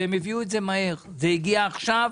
והם הביאו את זה מהר; זה הגיע עכשיו,